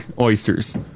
oysters